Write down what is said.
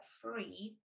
free